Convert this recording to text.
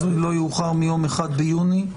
לא יאוחר מיום 1 ביוני.